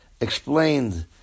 explained